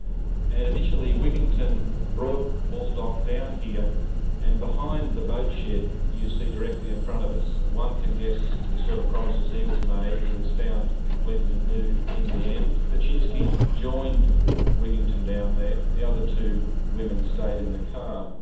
and initially wigginton brought baldock down here and behind the boatshed you see directly in front of us, one can guess the sort of promises he was made, he was found completely nude in the end, ptaschinski joined wigginton down there, the other two women stayed in the car.